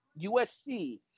USC